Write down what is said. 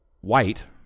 white